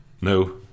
no